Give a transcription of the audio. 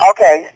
Okay